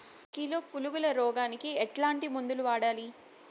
Kilo పులుగుల రోగానికి ఎట్లాంటి మందులు వాడాలి?